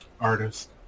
artist